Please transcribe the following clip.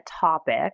topic